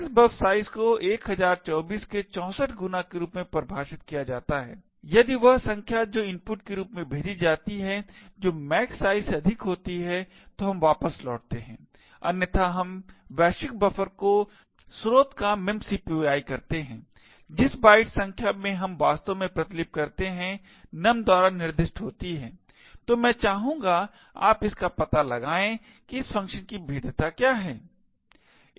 Max buf size को 1024 के 64 गुना के रूप में परिभाषित किया जाता है यदि वह संख्या जो इनपुट के रूप में भेजी जाती है जो max size से अधिक होती है तो हम वापस लौटते हैं अन्यथा हम वैश्विक बफर को स्रोत का memcpy करते हैं और जिस बाइट्स संख्या में हम वास्तव में प्रतिलिपि करते हैं num द्वारा निर्दिष्ट होती है तो मैं चाहूँगा आप इसका पता लगायें है कि इस फ़ंक्शन की भेद्यता क्या है